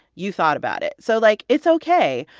you thought about it. so, like, it's ok.